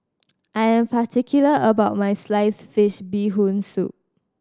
I am particular about my sliced fish Bee Hoon Soup